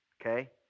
okay